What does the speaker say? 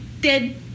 dead